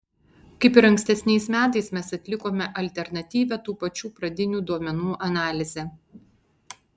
kaip ir ankstesniais metais mes atlikome alternatyvią tų pačių pradinių duomenų analizę